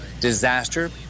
disaster